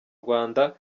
rwanda